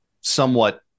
somewhat